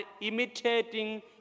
imitating